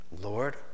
Lord